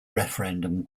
referendum